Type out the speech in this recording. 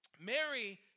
Mary